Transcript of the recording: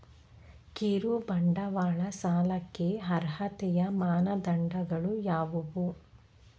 ಕಿರುಬಂಡವಾಳ ಸಾಲಕ್ಕೆ ಅರ್ಹತೆಯ ಮಾನದಂಡಗಳು ಯಾವುವು?